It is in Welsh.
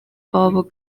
bobl